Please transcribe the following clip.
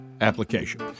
application